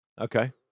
Okay